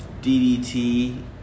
ddt